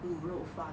卤肉饭